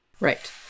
Right